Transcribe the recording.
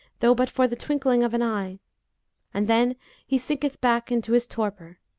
though but for the twinkling of an eye and then he sinketh back into his torpor